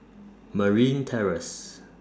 Marine Terrace